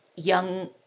young